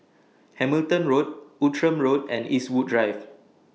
Hamilton Road Outram Road and Eastwood Drive